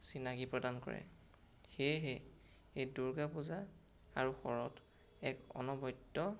চিনাকী প্ৰদান কৰে সেয়েহে এই দুৰ্গা পূজা আৰু শৰত এক অনবদ্য